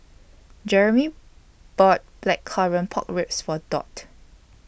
Jeramy bought Blackcurrant Pork Ribs For Dot